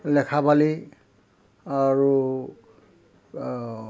লেখাবালি আৰু